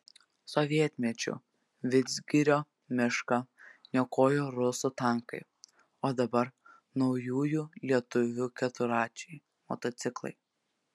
sovietmečiu vidzgirio mišką niokojo rusų tankai o dabar naujųjų lietuvių keturračiai motociklai